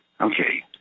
Okay